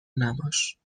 نباش